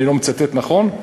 אני לא מצטט נכון?